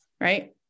right